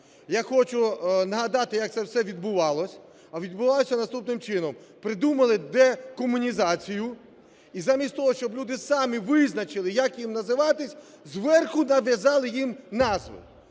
Я хочу нагадати, як це все відбувалося. А відбувалося наступним чином: придумали декомунізацію, і замість того, щоб люди самі визначили, як їм називатися, зверху нав'язали їм назви.